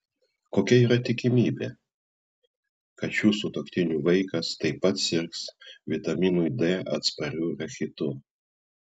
kokia yra tikimybė kad šių sutuoktinių vaikas taip pat sirgs vitaminui d atspariu rachitu